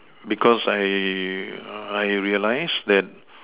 because I I realised that